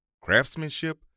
craftsmanship